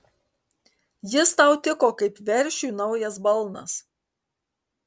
jis tau tiko kaip veršiui naujas balnas